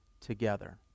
together